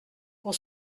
pour